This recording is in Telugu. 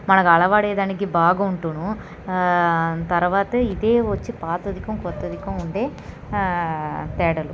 మనకు అలవడే దానికి బాగుండును తరువాత ఇదే వచ్చి పాతదికం కొత్తదికం ఉండే తేడాలు